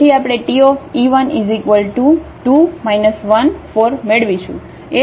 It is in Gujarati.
તેથી આપણે Te12 14મેળવીશું